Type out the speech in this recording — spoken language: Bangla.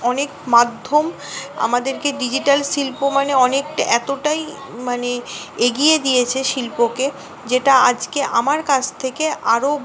অনেক মাধ্যম আমাদেরকে ডিজিটাল শিল্প মানে অনেকটা এতোটাই মানে এগিয়ে দিয়েছে শিল্পকে যেটা আজকে আমার কাছ থেকে আরও